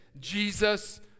Jesus